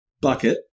bucket